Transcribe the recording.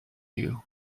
you